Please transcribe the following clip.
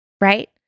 Right